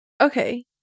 Okay